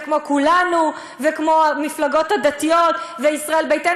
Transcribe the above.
וכמו כולנו וכמו המפלגות הדתיות וישראל ביתנו.